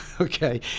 okay